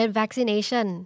vaccination